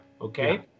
okay